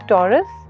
Taurus